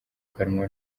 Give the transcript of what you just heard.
kanwa